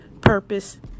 purpose